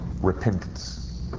repentance